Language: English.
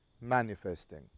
manifesting